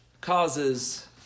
causes